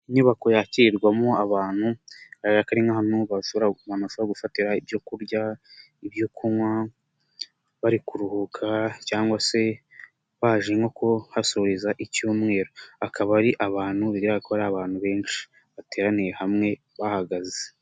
Inyubako yakirwamo abantu bigaragara ko ari nk'ahantu bashobora, abantu bashobora gufatira ibyo kurya, ibyo kunywa bari kuruhuka cyangwa se baje nko kuhasoreza icyumweru akaba ari abantu bigaragara ko ari abantu benshi bateraniye hamwe bahagaze.